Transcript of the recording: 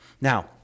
Now